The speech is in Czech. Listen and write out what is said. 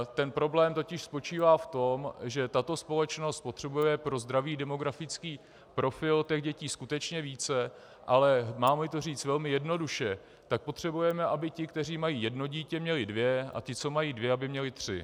Ten problém totiž spočívá v tom, že tato společnost potřebuje pro zdravý demografický profil dětí skutečně více, ale mámli to říct velmi jednoduše, tak potřebujeme, aby ti, kteří mají jedno dítě, měli dvě, a ti, co mají dvě, měli tři.